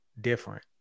different